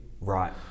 Right